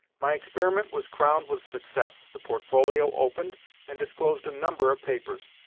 my experiment was crowned with success. the portfolio opened and disclosed a number of papers.